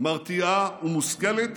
מרתיעה ומושכלת